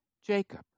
Jacob